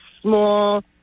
small